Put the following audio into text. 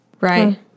Right